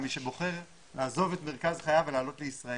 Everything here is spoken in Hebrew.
מי שבוחר לעזוב את מרכז חייו ולעלות לישראל,